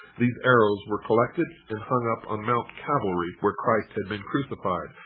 these arrows were collected and hung up on mount calvary, where christ had been crucified,